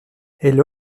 elle